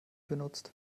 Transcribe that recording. benutzt